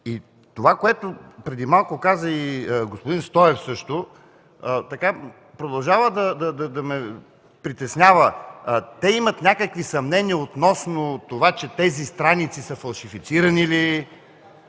Това, което каза преди малко и господин Стоев, продължава да ме притеснява. Те имат някакви съмнения относно това, че тези страници са фалшифицирани ли?!